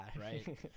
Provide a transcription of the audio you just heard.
right